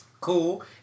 cool